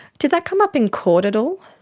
did that come up in court at all?